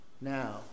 now